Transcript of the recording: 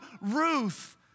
Ruth